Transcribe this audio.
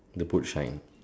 the boot shine